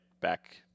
back